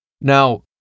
Now